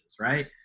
right